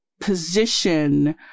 position